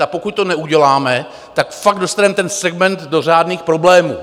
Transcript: A pokud to neuděláme, tak fakt dostaneme ten segment do řádných problémů.